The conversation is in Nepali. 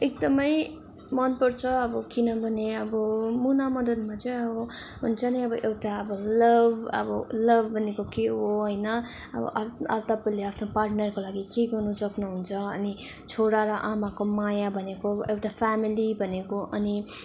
एकदमै मनपर्छ अब किनभने अब मुना मदनमा चाहिँ अब हुन्छ नि अब एउटा लभ लभ भनेको के हो होइन अब तपाईँले आफ्नो पार्टनरको लागि के गर्नु सक्नुहुन्छ अनि छोरा र आमाको माया भनेको एउटा फ्यामेली भनेको अनि